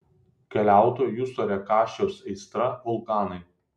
keliautojo justo rėkašiaus aistra vulkanai